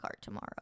tomorrow